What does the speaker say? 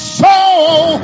soul